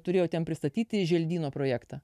turėjo ten pristatyti želdyno projektą